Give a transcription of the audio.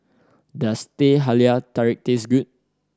does Teh Halia Tarik taste good